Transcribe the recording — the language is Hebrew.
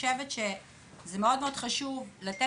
אני חושבת שזה מאוד מאוד חשוב לנו,